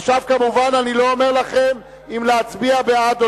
עכשיו כמובן אני לא אומר לכם אם להצביע בעד או